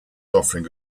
offering